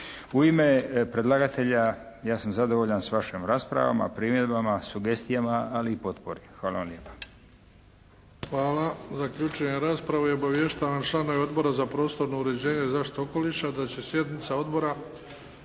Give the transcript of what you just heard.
U ime predlagatelja ja sam zadovoljan s vašom raspravom, primjedbama, sugestijama ali i potpori. Hvala vam lijepa. **Bebić, Luka (HDZ)** Hvala. Zaključujem raspravu. I obavještavam članove Odbora za prostorno uređenje, zaštitu okoliša da će sjednica Odbora,